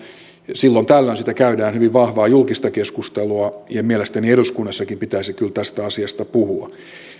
silloin tällöin siitä käydään hyvin vahvaa julkista keskustelua ja mielestäni eduskunnassakin pitäisi kyllä tästä asiasta puhua